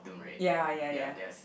ya ya ya